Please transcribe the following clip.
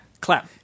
clap